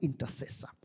intercessor